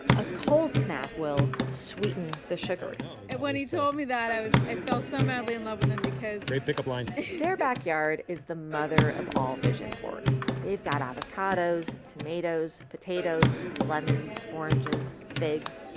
a cold snap will sweeten the sugars and when he told me that i was i fell so madly in love with him because. great pickup line their backyard is the mother of all vision boards. they've got avocados, tomatoes, potatoes, lemons, oranges, figs,